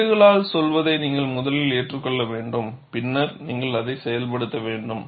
குறியீடுகள் சொல்வதை நீங்கள் முதலில் ஏற்றுக்கொள்ள வேண்டும் பின்னர் நீங்கள் அதை செயல்படுத்த வேண்டும்